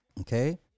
Okay